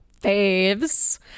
faves